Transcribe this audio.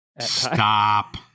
stop